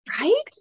Right